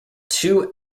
two